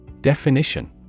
Definition